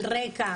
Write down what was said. על רקע,